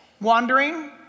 wandering